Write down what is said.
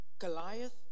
Goliath